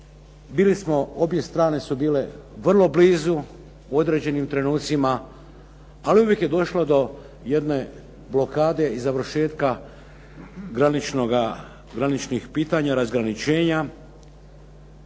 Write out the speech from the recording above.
Obje strane su bile vrlo blizu u određenim trenucima ali uvijek je došlo do jedne blokade i završetka graničnih pitanja, razgraničenja.